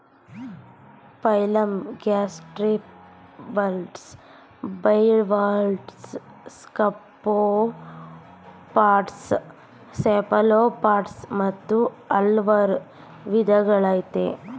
phylum gastropods bivalves scaphopods cephalopods ಮತ್ತು ಹಲ್ವಾರ್ ವಿದಗಳಯ್ತೆ